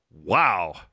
Wow